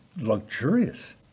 luxurious